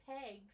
pegs